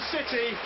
City